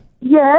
yes